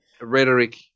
rhetoric